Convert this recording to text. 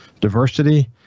diversity